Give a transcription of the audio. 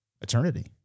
eternity